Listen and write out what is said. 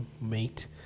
mate